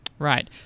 Right